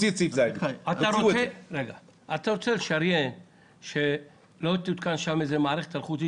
אתה רוצה לשריין שלא תותקן שם איזו מערכת אלחוטית